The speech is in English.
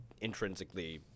intrinsically